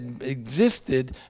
existed